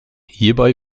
hierbei